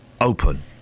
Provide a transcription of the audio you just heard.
open